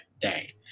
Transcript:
day